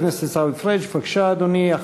חבר הכנסת עיסאווי פריג' בבקשה, אדוני.